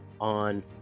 on